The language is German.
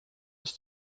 ist